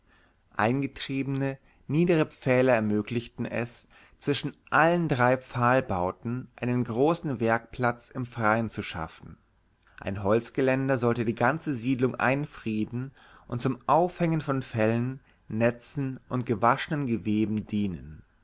eingetriebene niedere pfähle ermöglichten es zwischen allen drei pfahlbauten einen großen werkplatz im freien zu schaffen ein holzgeländer sollte die ganze siedlung einfrieden und zum aufhängen von fellen netzen und gewaschenen geweben dienen